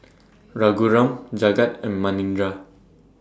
Raghuram Jagat and Manindra